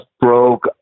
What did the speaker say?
broke